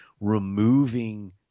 removing